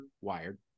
wired